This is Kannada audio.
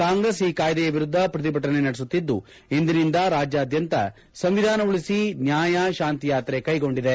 ಕಾಂಗೈಸ್ ಈ ಕಾಯ್ಲೆಯ ವಿರುದ್ದ ಪ್ರತಿಭಟನೆ ನಡೆಸುತ್ತಿದ್ದು ಇಂದಿನಿಂದ ರಾಜ್ಯಾದ್ಯಂತ ಸಂವಿಧಾನ ಉಳಿಸಿ ನ್ಯಾಯ ಶಾಂತಿ ಯಾತೆ ಕೈಗೊಂಡಿದೆ